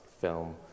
film